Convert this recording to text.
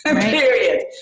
period